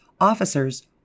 officers